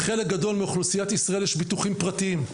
לחלק גדול מאוכלוסיית ישראל יש ביטוחים פרטיים.